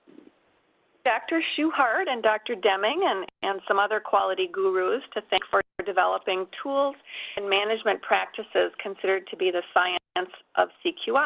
dr. shewhart and dr. deming, and and some other quality gurus to thank for for developing tools and management practices considered to be the science science of cqi,